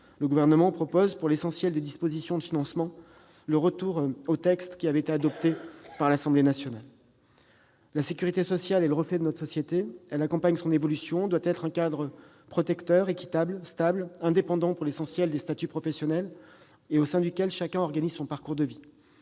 le Gouvernement vous proposera, pour l'essentiel des dispositions de financement, le retour au texte adopté par l'Assemblée nationale. La sécurité sociale est le reflet de notre société, elle accompagne son évolution. Elle doit être un cadre protecteur, équitable, stable, indépendant pour l'essentiel des statuts professionnels, au sein duquel chacun organise son parcours de vie.